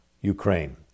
Ukraine